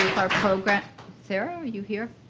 our program sarah, are you here?